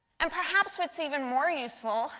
and perhaps what is even more useful